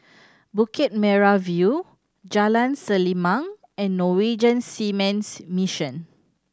Bukit Merah View Jalan Selimang and Norwegian Seamen's Mission